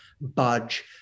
budge